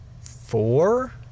four